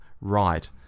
right